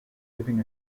living